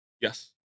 Yes